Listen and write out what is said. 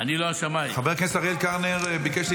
חבר הכנסת קלנר ביקש להתייחס,